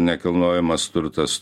nekilnojamas turtas